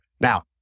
Now